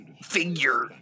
figure